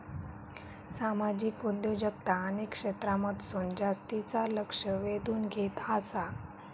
सामाजिक उद्योजकता अनेक क्षेत्रांमधसून जास्तीचा लक्ष वेधून घेत आसा